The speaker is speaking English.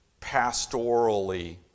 pastorally